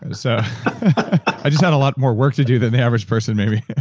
ah so i just had a lot more work to do than the average person, maybe